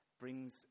brings